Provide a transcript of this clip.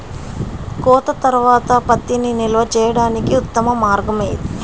కోత తర్వాత పత్తిని నిల్వ చేయడానికి ఉత్తమ మార్గం ఏది?